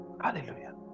Hallelujah